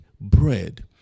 bread